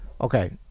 Okay